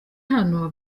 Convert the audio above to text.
hano